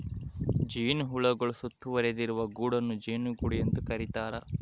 ಜೇನುಹುಳುಗಳು ಸುತ್ತುವರಿದಿರುವ ಗೂಡನ್ನು ಜೇನುಗೂಡು ಎಂದು ಕರೀತಾರ